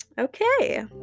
okay